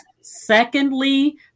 Secondly